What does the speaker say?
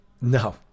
No